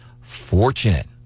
fortunate